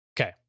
Okay